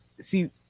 see